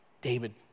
David